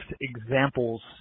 examples